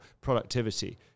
productivity